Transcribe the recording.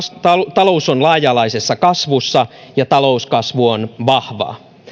talous on laaja alaisessa kasvussa ja talouskasvu on vahvaa